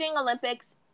Olympics